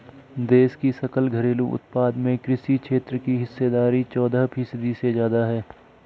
देश की सकल घरेलू उत्पाद में कृषि क्षेत्र की हिस्सेदारी चौदह फीसदी से ज्यादा है